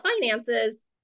finances